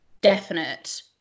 definite